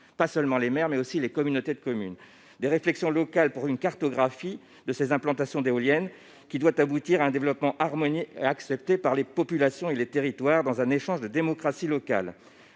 pas seulement les maires. Les réflexions locales pour une cartographie des implantations d'éoliennes doivent aboutir à un développement harmonieux, accepté par les populations et les territoires, dans un échange de démocratie locale.